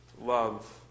love